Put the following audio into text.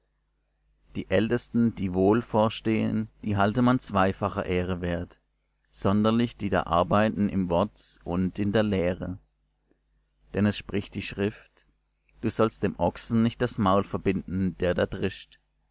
die ältesten die wohl vorstehen die halte man zweifacher ehre wert sonderlich die da arbeiten im wort und in der lehre denn es spricht die schrift du sollst dem ochsen nicht das maul verbinden der da drischt